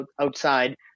outside